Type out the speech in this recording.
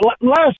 last